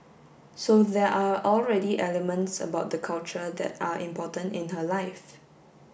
so there are already elements about the culture that are important in her life